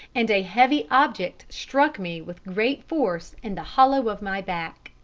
and a heavy object struck me with great force in the hollow of my back.